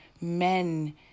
men